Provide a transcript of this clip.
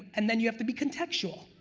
and then you have to be contextual,